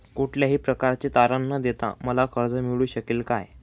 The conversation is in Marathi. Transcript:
कुठल्याही प्रकारचे तारण न देता मला कर्ज मिळू शकेल काय?